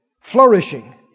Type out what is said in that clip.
Flourishing